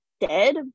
dead